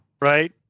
Right